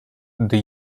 the